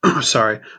sorry